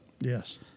Yes